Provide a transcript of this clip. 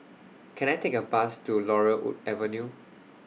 Can I Take A Bus to Laurel Wood Avenue